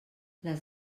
les